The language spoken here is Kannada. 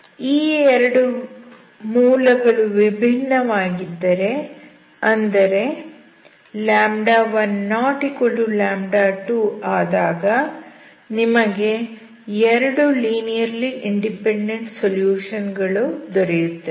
ಈ 2 ಮೂಲಗಳು ವಿಭಿನ್ನವಾಗಿದ್ದರೆ ಅಂದರೆ 12 ಆದಾಗ ನಿಮಗೆ 2 ಲೀನಿಯರ್ಲಿ ಇಂಡಿಪೆಂಡೆಂಟ್ ಸೊಲ್ಯೂಷನ್ ಗಳು ದೊರೆಯುತ್ತವೆ